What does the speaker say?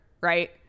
right